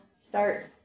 start